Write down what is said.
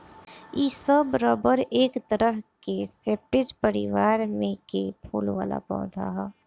इ सब रबर एक तरह के स्परेज परिवार में के फूल वाला पौधा ह